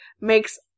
makes